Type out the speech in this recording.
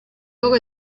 loro